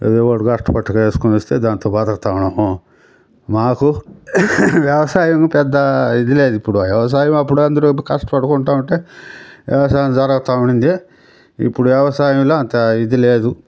ఏదో వాడు కష్టపడి వేసుకొని వస్తే దానితో బతుకతూ ఉన్నాము మాకు వ్యవసాయం పెద్ద ఇది లేదు ఇప్పుడు వ్యవసాయం అప్పుడు అందులో కష్టపడుకుంటూ ఉంటే వ్యవసాయం జరుగుతూ ఉండింది ఇప్పుడు వ్యవసాయంలో అంత ఇది లేదు